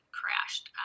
crashed